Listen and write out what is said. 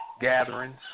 Gatherings